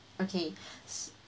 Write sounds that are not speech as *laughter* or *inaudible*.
okay *breath*